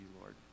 Lord